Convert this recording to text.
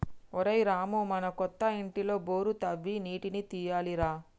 ఒరేయ్ రామూ మన కొత్త ఇంటిలో బోరు తవ్వి నీటిని తీయాలి రా